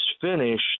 finished